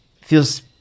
feels